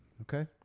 Okay